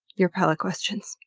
your peli-questions.